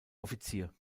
offizier